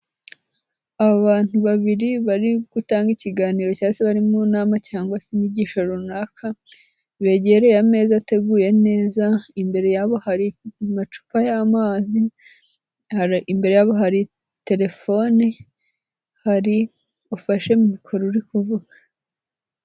Abantu babiri bari gutanga ikiganiro cyangwa se bari mu nama cyangwa se inyigisho runaka, begereye ameza ateguye neza, imbere yabo hari amacupa y'amazi, imbere yabo hari telefone, hari ufashe mikororo uri kuvuga.